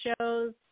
shows